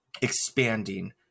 expanding